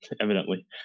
evidently